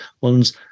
one's